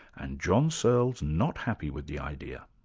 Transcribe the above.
and john searle's not happy with the idea.